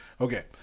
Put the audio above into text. Okay